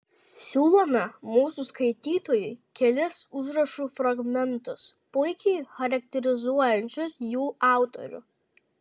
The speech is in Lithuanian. siūlome mūsų skaitytojui kelis užrašų fragmentus puikiai charakterizuojančius jų autorių